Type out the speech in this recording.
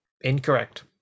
Incorrect